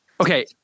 okay